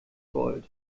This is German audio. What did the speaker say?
gold